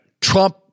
Trump –